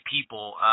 people